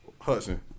Hudson